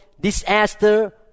disaster